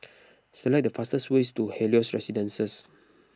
select the fastest way to Helios Residences